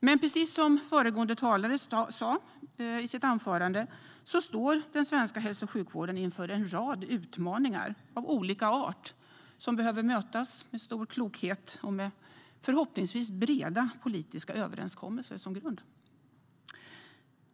Men precis som föregående talare sa i sitt anförande står den svenska hälso och sjukvården inför en rad utmaningar av olika art som behöver mötas med stor klokhet och med förhoppningsvis breda politiska överenskommelser som grund.